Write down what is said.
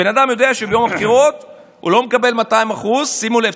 בן אדם יודע שביום הבחירות הוא לא מקבל 200%. שימו לב,